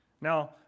Now